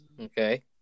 Okay